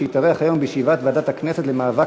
שהתארח היום בישיבת ועדת הכנסת למאבק